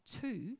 two